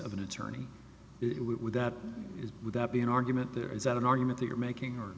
of an attorney it would that is would that be an argument there is that an argument that you're making or